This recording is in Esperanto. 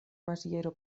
maziero